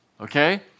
Okay